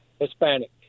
Hispanic